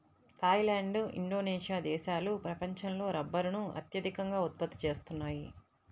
Thai land, Indonesia దేశాలు ప్రపంచంలో రబ్బరును అత్యధికంగా ఉత్పత్తి చేస్తున్నాయి